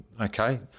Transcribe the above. Okay